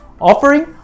offering